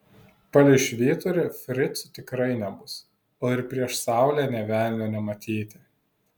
palei švyturį fricų tikrai nebus o ir prieš saulę nė velnio nematyti